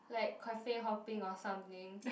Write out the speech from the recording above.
like cafe hopping or something